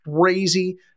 crazy